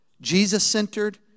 Jesus-centered